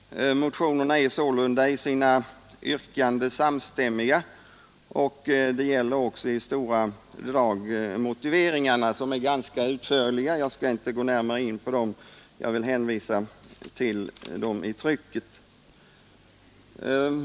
Motionerna är sålunda i sina yrkanden samstämmiga, och det gäller också i stora drag motiveringarna, som är ganska utförliga. Jag skall inte gå in på dem. Jag vill hänvisa till dem i trycket.